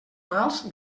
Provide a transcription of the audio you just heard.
mals